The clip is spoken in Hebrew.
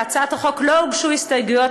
להצעת החוק לא הוגשו הסתייגויות.